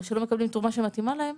או שלא מקבלים תרומה שמתאימה להם,